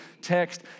text